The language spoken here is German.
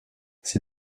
sie